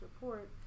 report